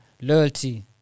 Loyalty